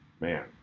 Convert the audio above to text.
Man